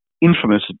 infamous